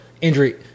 injury